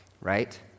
right